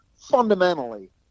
fundamentally